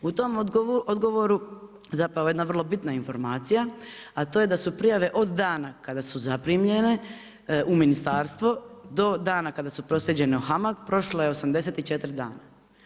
U tom odgovoru, zapravo jedna vrlo bitna informacija, a to je da su prijave od dana kada su zaprimljene u ministarstvo, do dana kada su proslijeđene u HAMAG prošlo je 84 dana.